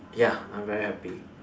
ya I'm very happy